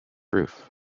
roof